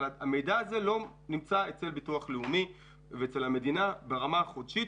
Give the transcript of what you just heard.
אבל המידע הזה לא נמצא אצל הביטוח הלאומי ואצל המדינה ברמה החודשית.